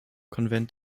konvent